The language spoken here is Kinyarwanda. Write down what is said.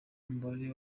umubare